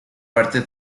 parte